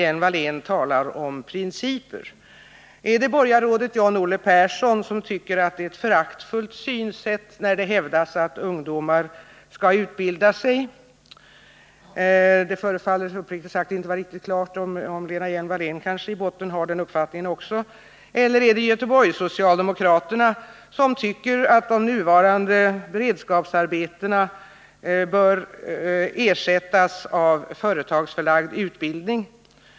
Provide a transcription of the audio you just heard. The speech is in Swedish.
Är det borgarrådet John-Olle Perssons uppfattning, att det är ett föraktfullt synsätt när det hävdas att ungdomar skall utbilda sig? Uppriktigt sagt står det inte riktigt klart för mig om Lena Hjelm-Wallén i grund och botten också har den uppfattningen. Eller är det representativt för uppfattningen inom socialdemokratin, när Göteborgssocialdemokraterna tycker att de nuvarande beredskapsarbetena bör ersättas av företagsförlagd utbildning?